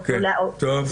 יוכלו --- טוב.